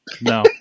No